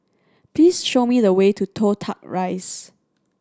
please show me the way to Toh Tuck Rise